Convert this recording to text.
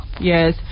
Yes